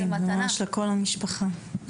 זה ממש לכל המשפחה.